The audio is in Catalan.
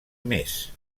més